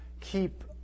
keep